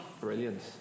Brilliant